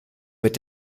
mit